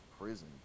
prison